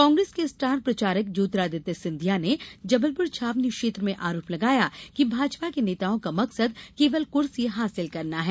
कांग्रेस के स्टार प्रचारक ज्योतिरादित्य सिंधिया ने जबलुपर छावनी क्षेत्र में आरोप लगाया कि भाजपा के नेताओं का मकसद केवल कुर्सी हासिल करना है